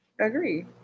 agree